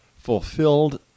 fulfilled